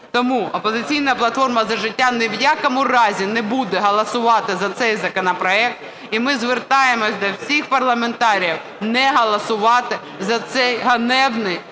Тому "Опозиційна платформа – За життя" ні в якому разі не буде голосувати за цей законопроект. І ми звертаємося до в сіх парламентарів не голосувати за цей ганебний